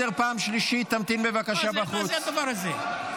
(אומר בערבית: תסתלק.) חבר הכנסת, די,